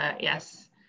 yes